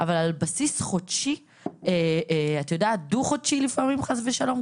אבל על בסיס חודשי-דו חודשי לפעמים חס ושלום,